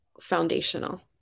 foundational